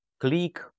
click